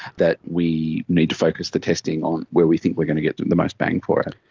that we need to focus the testing on where we think we going to get the most bang for it.